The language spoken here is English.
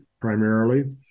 primarily